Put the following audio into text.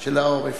של העורף.